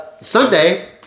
Sunday